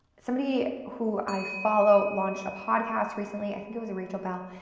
somebody who i follow launched a podcast recently. i think it was rachel bell,